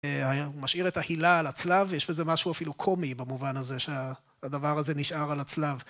הוא משאיר את ההילה על הצלב ויש בזה משהו אפילו קומי במובן הזה שהדבר הזה נשאר על הצלב.